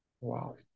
Wow